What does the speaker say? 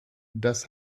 das